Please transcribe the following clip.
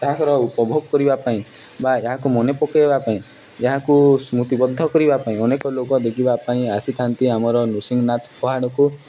ତାଙ୍କର ଉପଭୋଗ କରିବା ପାଇଁ ବା ୟାକୁ ମନେ ପକେଇବା ପାଇଁ ଯାହାକୁ ସ୍ମୃତିିବଧ କରିବା ପାଇଁ ଅନେକ ଲୋକ ଦେଖିବା ପାଇଁ ଆସିଥାନ୍ତି ଆମର ନୃସିଂନାଥ ପହାଡ଼କୁ